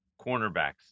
cornerbacks